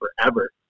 forever